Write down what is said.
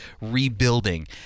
rebuilding